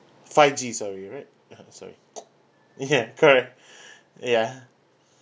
five G sorry right (uh huh) sorry ya correct ya